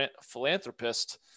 philanthropist